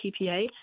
PPA